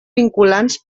vinculants